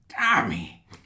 Tommy